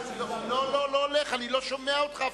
זה לא הולך, אני אפילו לא שומע אותך.